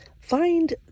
Find